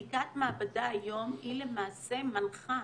בדיקת מעבדה היום היא למעשה מנחה,